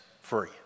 free